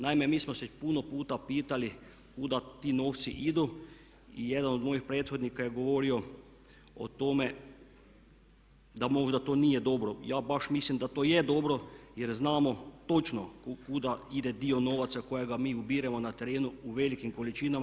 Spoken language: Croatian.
Naime, mi smo se puno puta pitali kuda ti novci idu i jedan od mojih prethodnika je govorio o tome da možda to nije dobro, ja baš mislim da to je dobro jer znamo točno kuda ide dio novaca kojega mi ubiremo na terenu u velikim količinama.